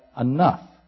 enough